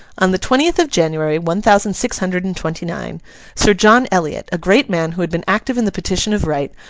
on the twentieth of january, one thousand six hundred and twenty-nine, sir john eliot, a great man who had been active in the petition of right,